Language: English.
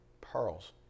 pearls